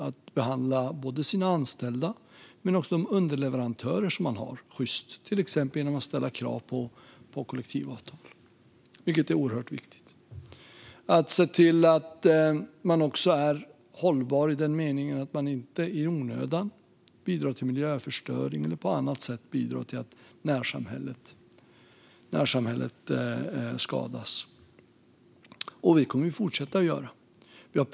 Det kan vara att behandla sina anställda och sina underleverantörer sjyst - till exempel genom att ställa krav på kollektivavtal, vilket är oerhört viktigt. Det kan också vara att se till att vara hållbar i den meningen att man inte i onödan bidrar till miljöförstöring eller på annat sätt bidrar till att närsamhället skadas. Vi kommer att fortsätta att göra detta.